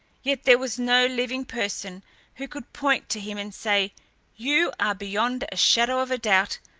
yet there was no living person who could point to him and say you are, beyond a shadow of doubt,